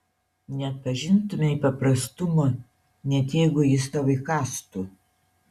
neatpažintumei paprastumo net jeigu jis tau įkąstų